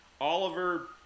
oliver